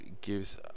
gives